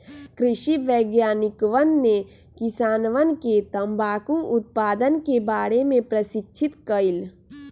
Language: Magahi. कृषि वैज्ञानिकवन ने किसानवन के तंबाकू उत्पादन के बारे में प्रशिक्षित कइल